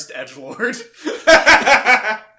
edgelord